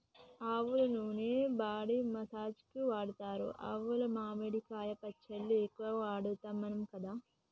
ఆవల నూనె body massage కి వాడుతారు ఆవాలు మామిడికాయ పచ్చళ్ళ ఎక్కువ వాడుతాం మనం కదా